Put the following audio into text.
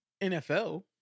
NFL